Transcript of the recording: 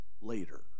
later